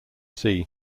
sea